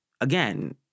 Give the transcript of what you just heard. Again